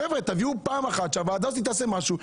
חבר'ה, תביאו פעם אחת שהוועדה הזאת תעשה משהו.